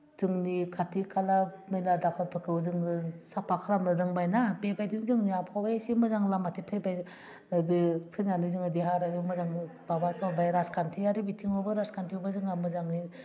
दोंनि खाथि खाला मैला दाखोरफोरखौ जोंनो साफ्फा खालामनो रोंबायना बेबायदि जोंनि आबहावाया एसे मोजां लामाथिं फैबाय बे फैनानै जोङो बेहा आरो मोजाङै माबा जाबाय राजखान्थियारि बिथिङावबो राजखान्थियावबो जोंहा मोजाङै